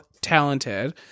talented